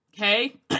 Okay